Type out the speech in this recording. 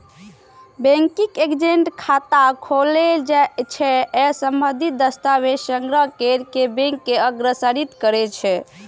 banking agent खाता खोलै छै आ संबंधित दस्तावेज संग्रह कैर कें बैंक के अग्रसारित करै छै